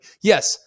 Yes